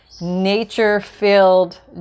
nature-filled